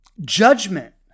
judgment